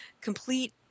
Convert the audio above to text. complete